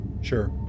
Sure